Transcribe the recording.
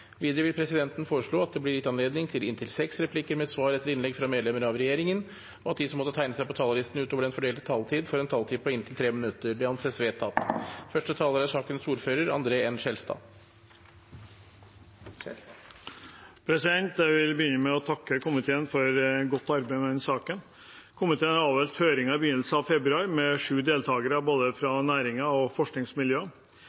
Videre vil presidenten foreslå at det blir gitt anledning til inntil seks replikker med svar etter innlegg fra medlemmer av regjeringen, og at de som måtte tegne seg på talerlisten utover den fordelte taletid, får en taletid på inntil 3 minutter. – Det anses vedtatt.